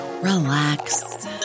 relax